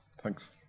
thanks